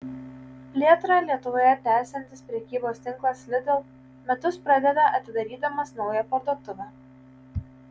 plėtrą lietuvoje tęsiantis prekybos tinklas lidl metus pradeda atidarydamas naują parduotuvę